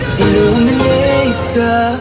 Illuminator